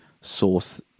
source